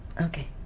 Okay